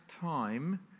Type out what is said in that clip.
time